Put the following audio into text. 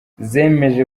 zemeje